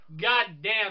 goddamn